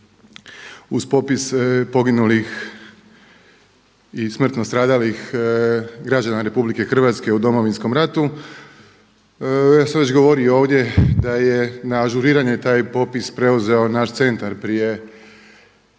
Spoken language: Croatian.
uz popis poginulih i smrtno stradalih građana RH u Domovinskom ratu. Ja sam već govorio ovdje da je na ažuriranje taj popis preuzeo naš centar prije